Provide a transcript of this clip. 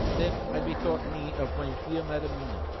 then i bethought me of my dear madam mina,